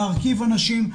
להרכיב אנשים.